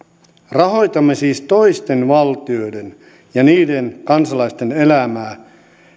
rahoitamme siis toisten valtioiden ja niiden kansalaisten elämää